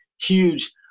huge